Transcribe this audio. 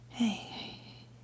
hey